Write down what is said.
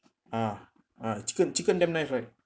ah ah chicken chicken damn nice right